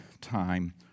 time